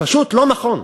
פשוט לא נכון.